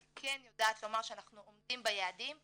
אני כן יודעת לומר שאנחנו עומדים ביעדים.